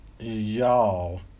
Y'all